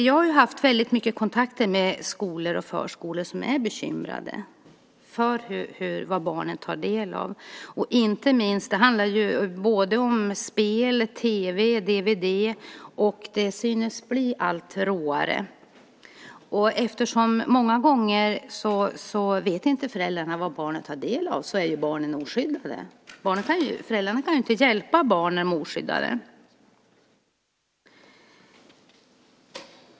Jag har haft väldigt många kontakter med skolor och förskolor som är bekymrad för vad barnen tar del av. Det handlar om spel, tv och dvd. Det synes bli allt råare. Eftersom föräldrarna många gånger inte vet vad barnen tar del av är barnen oskyddade. Föräldrarna kan ju inte hjälpa barnen.